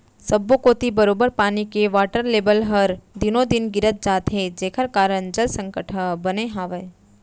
सब्बो कोती बरोबर पानी के वाटर लेबल हर दिनों दिन गिरत जात हे जेकर कारन जल संकट ह बने हावय